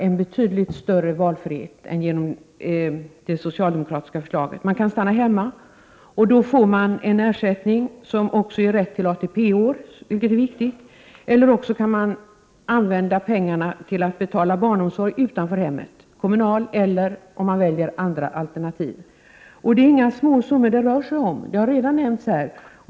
Föräldrarna kan stanna hemma och får då en ersättning som också ger rätt till ATP-år, vilket är viktigt, eller också kan vi använda pengarna till att betala barnomsorg utanför hemmet, kommunal sådan eller andra alternativ. Det är inga små summor det rör sig om — det har redan nämnts här.